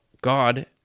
God